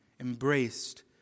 embraced